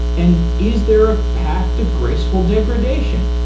and is there ah path to graceful degradation?